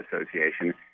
Association